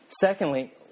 Secondly